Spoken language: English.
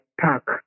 park